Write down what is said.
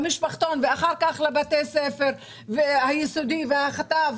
למשפחתון ואחר כך לבתי הספר היסודי והתיכוני,